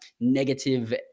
negative